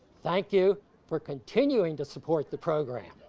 thank you for continuing to support the program.